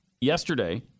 yesterday